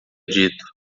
dito